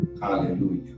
hallelujah